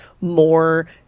more